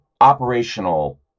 operational